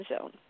zone